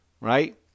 right